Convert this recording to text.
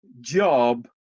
job